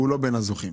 הוא לא בין הזוכים.